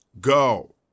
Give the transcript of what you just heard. go